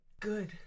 good